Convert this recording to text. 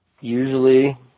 usually